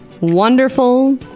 wonderful